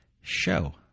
show